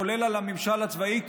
כולל על הממשל הצבאי.